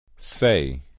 Say